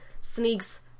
sneaks